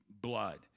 blood